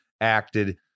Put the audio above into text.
acted